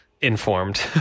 informed